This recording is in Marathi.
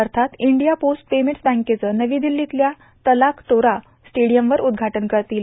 अर्थात इंडिया पोस्ट पेमेंट्स बँकेचे नवी दिल्लीतल्या तालकटोरा स्टेडियमवर उद्घाटन करतील